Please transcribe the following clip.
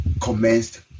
commenced